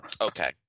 Okay